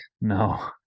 No